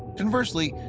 conversely,